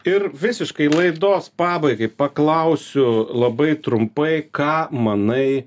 ir visiškai laidos pabaigai paklausiu labai trumpai ką manai